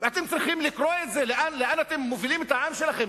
ואתם צריכים לקרוא לאן אתם מובילים את העם שלכם,